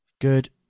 Good